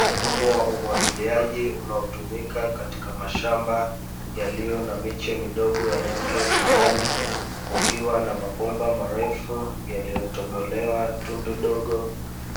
Mfumo wa umwagiliaji, unaotumika katika mashamba yaliyo na miche midogo ya rangi ya kijani, kukiwa na mabomba marefu yaliyotobolewa tundu dogo